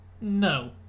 no